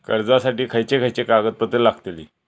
कर्जासाठी खयचे खयचे कागदपत्रा लागतली?